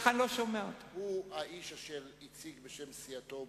הוא האיש אשר הציג בשם סיעתו,